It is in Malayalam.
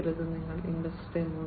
ചിലത് നിങ്ങൾ ഇൻഡസ്ട്രി 3